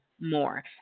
More